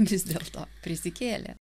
vis dėlto prisikėlė